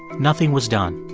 nothing was done.